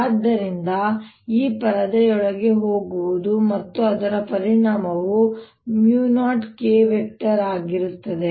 ಆದ್ದರಿಂದ ಈ ಪರದೆಯೊಳಗೆ ಹೋಗುವುದು ಮತ್ತು ಅದರ ಪರಿಮಾಣವು 0K ಆಗಿರುತ್ತದೆ